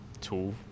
tool